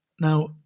now